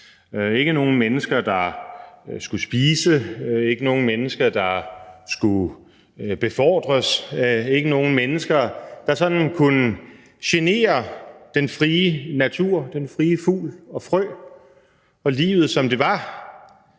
ikke nogen mennesker, der skulle spise, ikke nogen mennesker, der skulle befordres, ikke nogen mennesker, der kunne genere den frie natur, den frie fugl og frø og livet, som det var